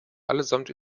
allesamt